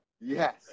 Yes